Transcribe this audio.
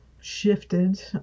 shifted